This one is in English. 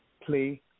play